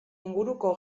inguruko